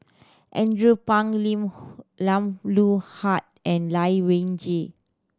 Andrew Phang Lim Loh Huat and Lai Weijie